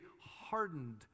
hardened